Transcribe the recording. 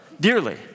dearly